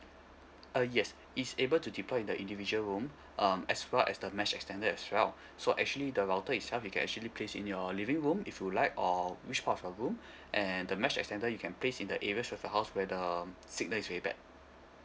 uh yes is able to deploy in the individual room um as well as the mesh extender as well so actually the router itself you can actually place in your living room if you like or which part of your room and the mesh extender you can place in the areas of your house where the signal is very bad